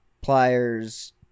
pliers